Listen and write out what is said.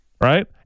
right